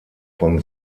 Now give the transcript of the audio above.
von